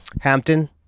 Hampton